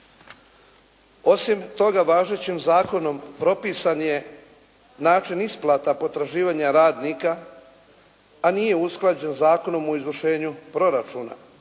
Osim toga, važećim zakonom propisan je način isplata potraživanja radnika, a nije usklađen Zakonom o izvršenju proračuna